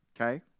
Okay